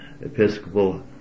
Episcopal